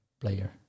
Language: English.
player